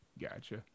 gotcha